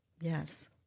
Yes